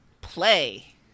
play